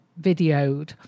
videoed